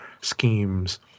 schemes